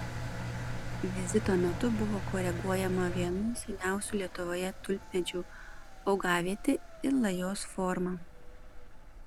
vizito metu buvo koreguojama vienų seniausių lietuvoje tulpmedžių augavietė ir lajos forma